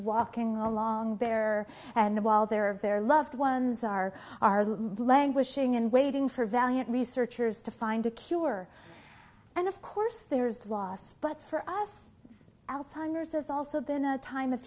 walking along there and while there of their loved ones are are languishing in waiting for valiant researchers to find a cure and of course there is loss but for us alzheimer's has also been a time of